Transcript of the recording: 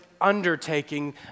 Undertaking